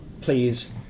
please